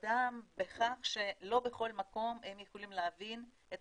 בכך שלא בכל מקום הם יכולים להבין את